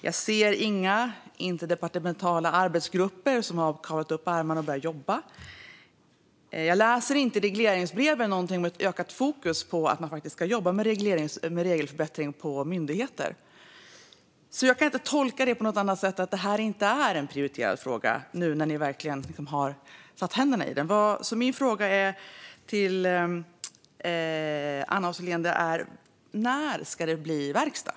Jag ser inga interdepartementala arbetsgrupper som har kavlat upp ärmarna och börjat jobba. Jag läser inte i regleringsbreven någonting om ett ökat fokus på att man ska jobba med regelförbättring på myndigheter. Jag kan inte tolka det på något annat sätt än att det inte är en prioriterad fråga, nu när man verkligen har satt tänderna i den. Min fråga till Anna af Sillén är: När ska det bli verkstad?